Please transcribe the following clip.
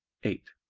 eight.